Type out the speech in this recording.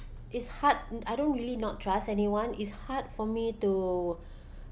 it's hard I don't really not trust anyone is hard for me to